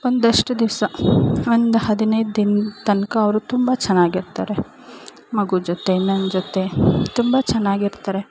ಒಂದಷ್ಟು ದಿವಸ ಒಂದು ಹದಿನೈದು ದಿನದ ತನಕ ಅವರು ತುಂಬ ಚೆನ್ನಾಗಿರ್ತಾರೆ ಮಗು ಜೊತೆ ನನ್ನ ಜೊತೆ ತುಂಬ ಚೆನ್ನಾಗಿರ್ತಾರೆ